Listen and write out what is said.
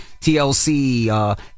TLC